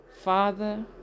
Father